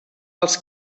els